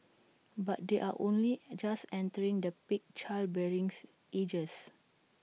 but they are only just entering the peak childbearing ages